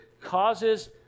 causes